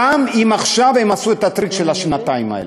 גם אם עכשיו הם עשו את הטריק של השנתיים האלה.